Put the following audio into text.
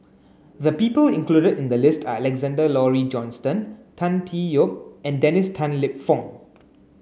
the people included in the list are Alexander Laurie Johnston Tan Tee Yoke and Dennis Tan Lip Fong